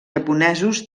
japonesos